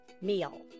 meal